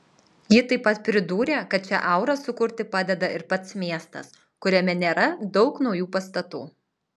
ji taip pat pridūrė kad šią aurą sukurti padeda ir pats miestas kuriame nėra daug naujų pastatų